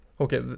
Okay